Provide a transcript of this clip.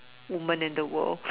woman in the world